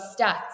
stats